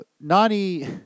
Nani